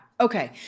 Okay